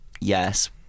yes